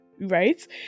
right